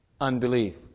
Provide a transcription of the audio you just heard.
Unbelief